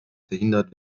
verhindert